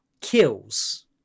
kills